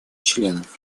членов